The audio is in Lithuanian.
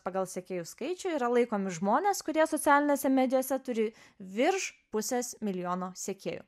pagal sekėjų skaičių yra laikomi žmonės kurie socialinėse medijose turi virš pusės milijono sekėjų